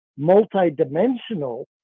multi-dimensional